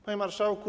Panie Marszałku!